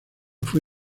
fue